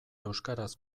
euskaraz